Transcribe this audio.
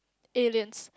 aliens